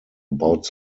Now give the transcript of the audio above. about